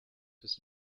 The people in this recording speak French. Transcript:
aussi